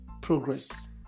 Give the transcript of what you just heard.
progress